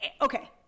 okay